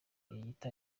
yiyita